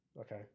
Okay